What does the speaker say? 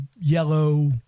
yellow